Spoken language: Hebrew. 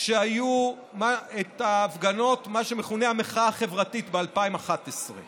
כשהיו ההפגנות שכונו המחאה החברתית ב-2011 צביקה,